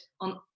on